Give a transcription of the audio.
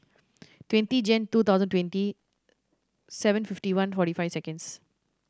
twenty Jan two thousand twenty seven fifty one forty five seconds